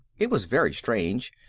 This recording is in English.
it was very strange,